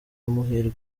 muhirwa